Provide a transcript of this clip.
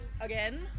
Again